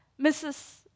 Mrs